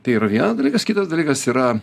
tai yra vienas dalykas kitas dalykas yra